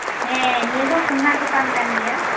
ᱦᱮᱸ ᱱᱤᱭᱟᱹ ᱫᱚ ᱥᱳᱱᱟ ᱫᱚᱠᱟᱱ ᱠᱟᱱ ᱜᱮᱭᱟ